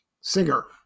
singer